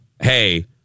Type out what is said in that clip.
hey